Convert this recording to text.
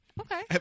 Okay